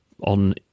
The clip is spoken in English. on